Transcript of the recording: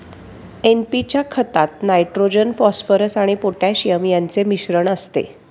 NP च्या खतात nitrogen, phosphorus आणि पोटॅशियम यांचे मिश्रण असते